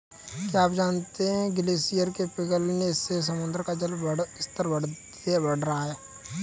क्या आप जानते है ग्लेशियर के पिघलने से समुद्र का जल स्तर बढ़ रहा है?